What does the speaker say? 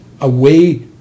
away